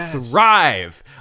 thrive